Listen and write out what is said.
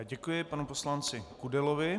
Děkuji panu poslanci Kudelovi.